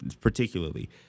particularly